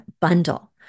bundle